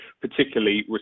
particularly